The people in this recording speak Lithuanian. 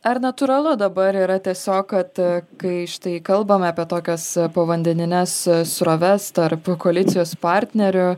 ar natūralu dabar yra tiesiog kad kai štai kalbame apie tokias povandenines sroves tarp koalicijos partnerių